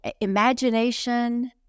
imagination